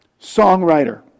songwriter